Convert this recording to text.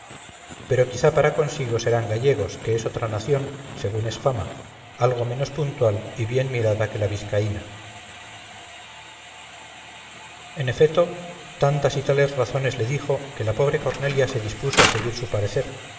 pero quizá para consigo serán gallegos que es otra nación según es fama algo menos puntual y bien mirada que la vizcaína en efeto tantas y tales razones le dijo que la pobre cornelia se dispuso a seguir su parecer